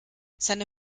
seine